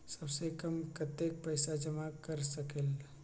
सबसे कम कतेक पैसा जमा कर सकेल?